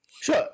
sure